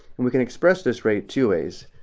and we can express this rate two ways.